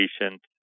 patients